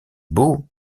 beau